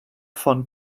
von